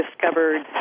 discovered